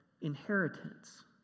inheritance